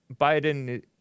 biden